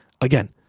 again